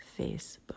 Facebook